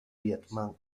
vietnam